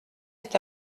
est